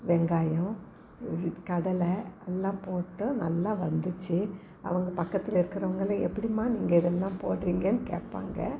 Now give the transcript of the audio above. வெங்காயம் இது கடலை எல்லாம் போட்டு நல்லா வந்துச்சு அவங்க பக்கத்தில் இருக்கிறவங்களே எப்படிம்மா நீங்கள் இதெல்லாம் போடுறீங்கன்னு கேட்பாங்க